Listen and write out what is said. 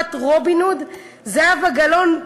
בית-המשפט "רובין הוד"; זהבה גלאון,